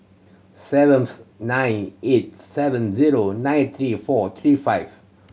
seventh nine eight seven zero nine three four three five